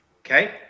Okay